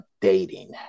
dating